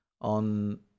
on